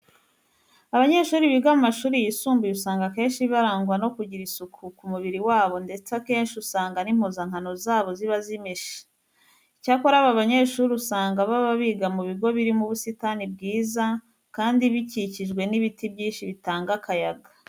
Abanyeshuri biga mu mashuri yisumbuye usanga akenshi barangwa no kugira isuku ku mubiri wabo, ndetse akenshi usanga n'impuzankano zabo ziba zimeshe. Icyakora aba banyeshuri usanga baba biga mu bigo birimo ubusitani bwiza kandi bikikijwe n'ibiti byinshi bitanga akayaga.